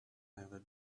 never